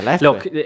look